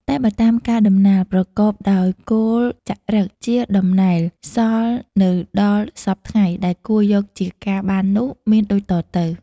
តែបើតាមការដំណាល ប្រកបដោយគោលចារឹកជាដំណែល សល់នៅដល់សព្វថ្ងៃដែលគួរយកជាការបាននោះ មានដូចតទៅ។